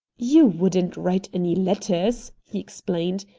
you wouldn't write any letters, he explained.